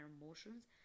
emotions